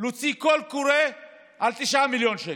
להוציא קול קורא על 9 מיליון שקל,